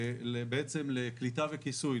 בעצם לקליטה וכיסוי.